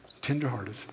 tenderhearted